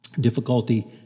difficulty